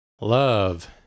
Love